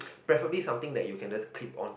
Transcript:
preferably something that you can just clip on to